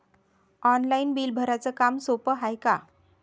Online bill भराच काम सोपं हाय का?